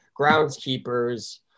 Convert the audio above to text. groundskeepers